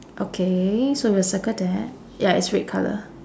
okay so we'll circle that ya it's red colour